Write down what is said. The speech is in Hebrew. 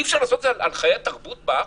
האם אי אפשר לעשות את זה גם על חיי התרבות בארץ?